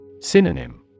Synonym